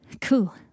Cool